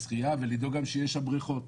ולדאוג גם שיהיו שם בריכות.